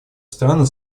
страны